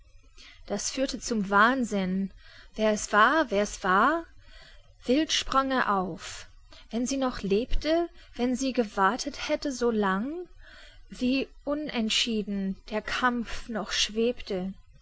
das führte zum wahnsinn wär's wahr wär's wahr wild sprang er auf wenn sie noch lebte wenn sie gewartet hätte so lang wie unentschieden der kampf noch schwebte